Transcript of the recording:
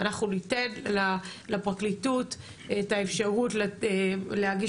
אנחנו ניתן לפרקליטות את האפשרות להגיש